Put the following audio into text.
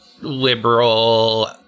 liberal